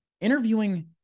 Interviewing